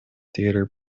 theater